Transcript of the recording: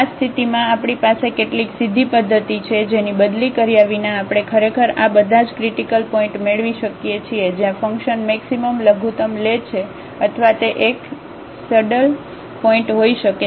આ સ્થિતિમાં આપણી પાસે કેટલીક સીધી પદ્ધતિ છે જેની બદલી કર્યા વિના આપણે ખરેખર આ બધા જ ક્રિટીકલ પોઇન્ટ મેળવી શકીએ છીએ જ્યાં ફંકશન મેક્સિમમ લઘુતમ લે છે અથવા તે એક સ aડલ પોઇન્ટ હોઈ શકે છે